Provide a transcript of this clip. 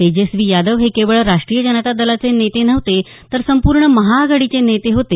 तेजस्वी यादव हे केवळ राष्ट्रीय जनता दलाचे नेते नव्हते तर संपूर्ण महाआघाडीचे नेते होते